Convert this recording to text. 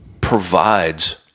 provides